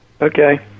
Okay